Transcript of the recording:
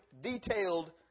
detailed